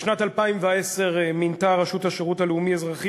בשנת 2010 מינתה רשות השירות הלאומי-אזרחי